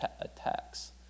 attacks